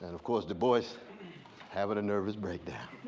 and of course, du bois' having a nervous breakdown.